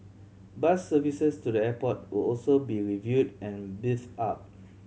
bus services to the airport will also be reviewed and beefed up